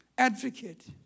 Advocate